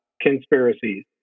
conspiracies